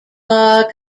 are